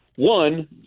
One